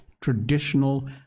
traditional